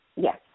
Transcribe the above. Yes